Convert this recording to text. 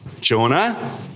Jonah